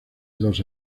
dos